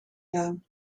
gaan